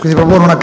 [**Presidenza